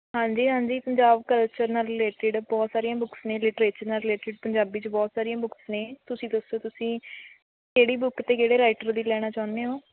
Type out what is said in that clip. ਹਾਂਜੀ ਹਾਂਜੀ ਪੰਜਾਬ ਕਲਚਰ ਨਾਲ਼ ਰਿਲੇਟਿਡ ਬਹੁਤ ਸਾਰੀਆਂ ਬੁੱਕਸ ਨੇ ਲਿਟਰੇਚਰ ਨਾਲ਼ ਰਿਲੇਟਿਡ ਪੰਜਾਬੀ 'ਚ ਬਹੁਤ ਸਾਰੀਆਂ ਬੁੱਕਸ ਨੇ ਤੁਸੀਂ ਦੱਸੋ ਤੁਸੀਂ ਕਿਹੜੀ ਬੁੱਕ ਅਤੇ ਕਿਹੜੇ ਰਾਈਟਰ ਦੀ ਲੈਣਾ ਚਾਹੁੰਦੇ ਹੋ